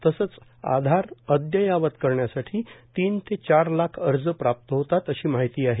तसंच आधार अद्ययावत करण्यासाठी तीन ते चार लाख अर्ज प्राप्त होतात अशी माहिती आहे